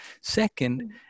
Second